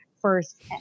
first